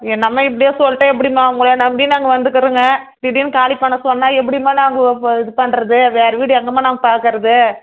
என்னம்மா இப்டி சொல்லிட்டே எப்படிம்மா உங்களை நம்பி நாங்கள் வந்துக்கிறோங்க திடீர்னு காலி பண்ண சொன்னால் எப்படிம்மா நாங்கள் இது பண்ணுறது வேறு வீடு எங்கேம்மா நாங்கள் பார்க்குறது